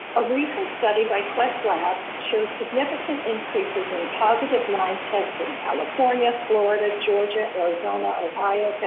a recent study by questlab shows significant increases in positive lyme tests in california, florida, georgia, arizona, ohio,